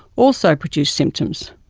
also produce symptoms.